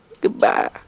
Goodbye